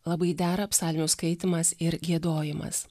labai dera psalmių skaitymas ir giedojimas